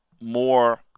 more